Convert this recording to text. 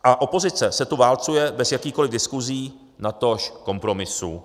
A opozice se tu válcuje bez jakýchkoli diskusí, natož kompromisů.